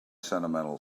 sentimental